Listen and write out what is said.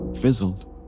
Fizzled